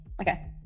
Okay